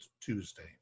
Tuesday